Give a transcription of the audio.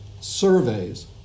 surveys